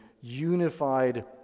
unified